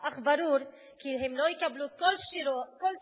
אך ברור שהם לא יקבלו כל שירות